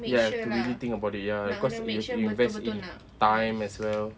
ya have to really think about it ya cause you invest in time as well